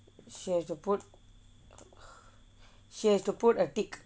she has to put she has to put a tick